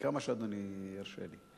כמה שאדוני ירשה לי.